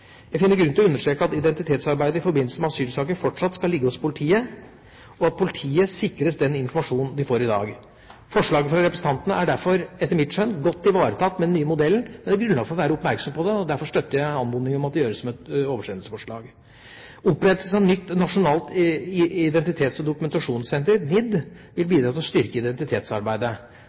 Jeg finner grunn til å understreke at identitetsarbeidet i forbindelse med asylsaker fortsatt skal ligge hos politiet, og at politiet sikres den informasjonen de får i dag. Forslaget fra representantene er derfor etter mitt skjønn godt ivaretatt med den nye modellen, men det er grunnlag for å være oppmerksom på det, og derfor støtter jeg anmodningen om at det gjøres om til et oversendelsesforslag. Opprettelsen av nytt Nasjonalt identitets- og dokumentasjonssenter, NID, vil bidra til å styrke identitetsarbeidet.